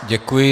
Děkuji.